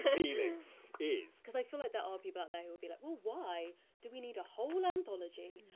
and appealing is. cause i feel like there are people out there who would be like, well, why do we need a whole anthology?